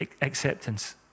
acceptance